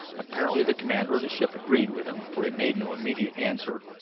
apparently the commander of the ship agreed with him, for he made no immediate answer.